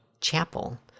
Chapel